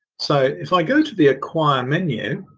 so if i go to the acquire menu,